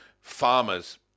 farmers